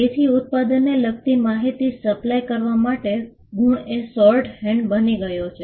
તેથી ઉત્પાદનને લગતી માહિતી સપ્લાય કરવા માટે ગુણ એ શોર્ટહેન્ડ બની ગયો છે